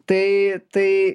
tai tai